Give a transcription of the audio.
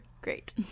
great